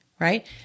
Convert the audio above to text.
right